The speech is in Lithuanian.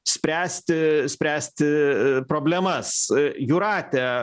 spręsti spręsti problemas jūrate